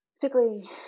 particularly –